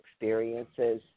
experiences